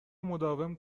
مداوم